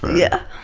yeah.